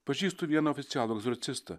pažįstu vieną oficialų egzorcistą